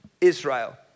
Israel